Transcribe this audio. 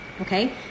Okay